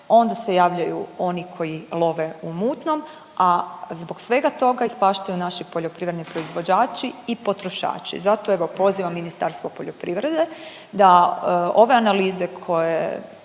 onda se javljaju oni koji love u mutnom, a zbog svega toga ispaštaju naši poljoprivredni proizvođači i potrošači. Zato evo pozivam Ministarstvo poljoprivrede da ove analize koje